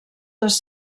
les